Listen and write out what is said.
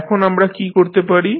এখন আমরা কী করতে পারি